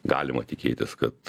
galima tikėtis kad